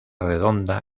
redonda